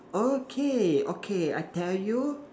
okay okay I tell you